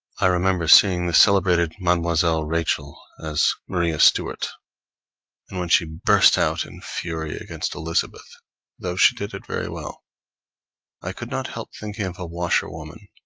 i remember seeing the celebrated mademoiselle rachel as maria stuart and when she burst out in fury against elizabeth though she did it very well i could not help thinking of a washerwoman.